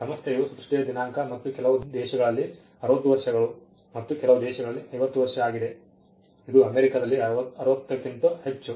ಸಂಸ್ಥೆಯು ಸೃಷ್ಟಿಯ ದಿನಾಂಕ ಮತ್ತು ಕೆಲವು ದೇಶಗಳಲ್ಲಿ 60 ವರ್ಷಗಳು ಮತ್ತು ಕೆಲವು ದೇಶಗಳಲ್ಲಿ 50 ಆಗಿದೆ ಇದು ಅಮೆರಿಕದಲ್ಲಿ 60 ಕ್ಕಿಂತ ಹೆಚ್ಚು